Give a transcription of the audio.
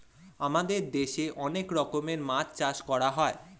আমাদের দেশে অনেক রকমের মাছ চাষ করা হয়